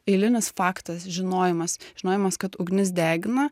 eilinis faktas žinojimas žinojimas kad ugnis degina